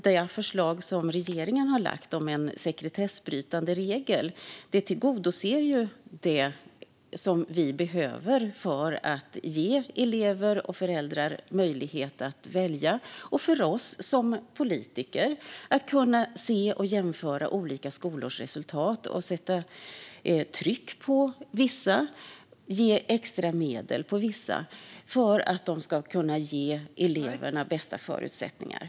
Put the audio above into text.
Det förslag om en sekretessbrytande regel som regeringen har lagt fram tillgodoser ju det som vi behöver för att ge elever och föräldrar möjlighet att välja och för att vi politiker ska kunna se och jämföra olika skolors resultat för att sätta tryck på vissa och ge extra medel till vissa för att de ska kunna ge eleverna de bästa förutsättningarna.